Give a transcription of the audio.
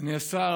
אדוני השר,